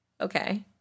Okay